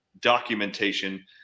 documentation